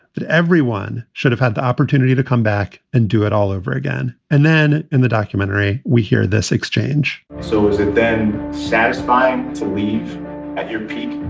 that everyone should have had the opportunity to come back and do it all over again. and then in the documentary, we hear this exchange so was it then satisfying to leave at your peak